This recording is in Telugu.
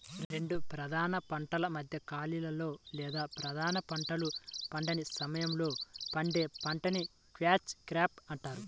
రెండు ప్రధాన పంటల మధ్య ఖాళీలో లేదా ప్రధాన పంటలు పండని సమయంలో పండే పంటని క్యాచ్ క్రాప్ అంటారు